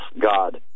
God